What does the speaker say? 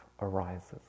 arises